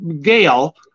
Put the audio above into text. Gail